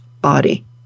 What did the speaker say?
body